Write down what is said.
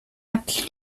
att